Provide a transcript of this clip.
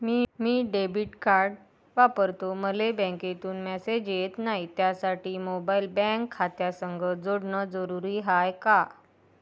मी debit card वापरतो मले बँकेतून मॅसेज येत नाही, त्यासाठी मोबाईल बँक खात्यासंग जोडनं जरुरी हाय का?